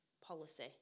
policy